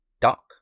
Duck